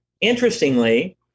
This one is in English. interestingly